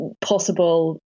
possible